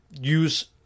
Use